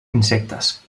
insectes